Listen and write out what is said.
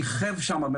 "כיכב" שם.